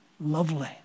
lovely